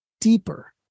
deeper